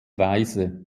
weise